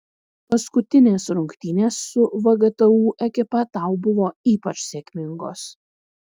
paskutinės rungtynės su vgtu ekipa tau buvo ypač sėkmingos